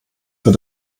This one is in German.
für